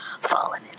fallen